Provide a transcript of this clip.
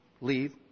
leave